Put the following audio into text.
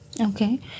Okay